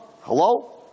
Hello